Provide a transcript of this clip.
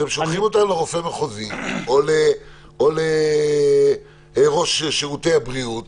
אתם שולחים אותו לרופא המחוזי או לראש שירותי הבריאות